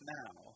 now